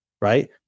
right